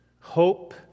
hope